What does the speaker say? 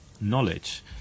knowledge